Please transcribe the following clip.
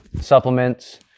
supplements